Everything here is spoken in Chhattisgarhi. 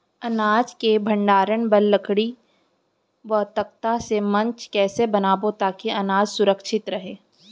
अनाज के भण्डारण बर लकड़ी व तख्ता से मंच कैसे बनाबो ताकि अनाज सुरक्षित रहे?